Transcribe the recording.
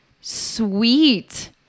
sweet